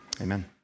amen